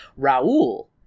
Raul